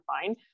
fine